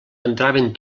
entraven